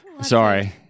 sorry